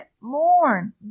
mourn